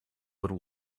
would